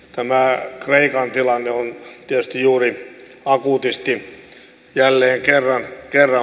tämä kreikan tilanne on tietysti juuri akuutisti jälleen kerran päällä